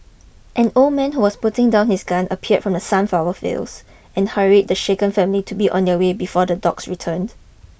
an old man who was putting down his gun appeared from the sunflower fields and hurried the shaken family to be on their way before the dogs returned